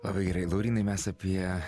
labai gerai laurynai mes apie